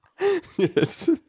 Yes